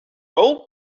old